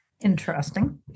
interesting